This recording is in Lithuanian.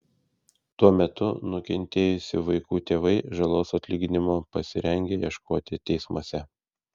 tuo metu nukentėjusių vaikų tėvai žalos atlyginimo pasirengę ieškoti teismuose